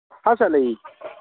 half ꯁꯥꯔꯠ ꯂꯩ